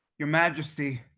your majesty,